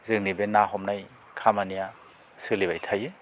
जोंनि बे ना हमानाय खामानिआ सोलिबाय थायो